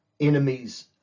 enemies